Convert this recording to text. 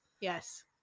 Yes